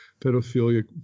pedophilia